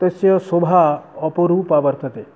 तस्य शोभा अपरूपा वर्तते